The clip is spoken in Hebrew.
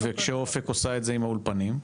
וכשאופק עושה את זה עם האולפנים?